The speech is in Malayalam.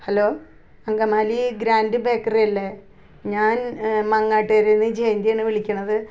ഹലോ അങ്കമാലി ഗ്രാൻറ് ബേക്കറി അല്ലേ ഞാൻ മങ്ങാട്ടുകരയിൽ നിന്ന് ജയന്തിയാണ് വിളിക്കുന്നത്